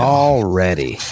already